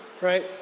right